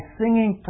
singing